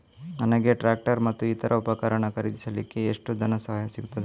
ನನಗೆ ಟ್ರ್ಯಾಕ್ಟರ್ ಮತ್ತು ಇತರ ಉಪಕರಣ ಖರೀದಿಸಲಿಕ್ಕೆ ಎಷ್ಟು ಧನಸಹಾಯ ಸಿಗುತ್ತದೆ?